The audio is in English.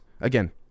again